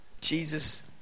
Jesus